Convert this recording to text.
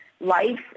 life